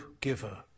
giver